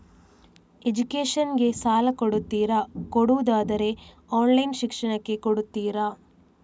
Education ಗೆ ಸಾಲ ಕೊಡ್ತೀರಾ, ಕೊಡುವುದಾದರೆ ಆನ್ಲೈನ್ ಶಿಕ್ಷಣಕ್ಕೆ ಕೊಡ್ತೀರಾ?